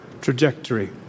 trajectory